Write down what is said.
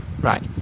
right